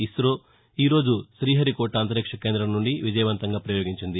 ఇసో ఈ రోజు త్రీహరికోట అంతరిక్ష కేందం నుండి విజయవంతంగా పయోగించింది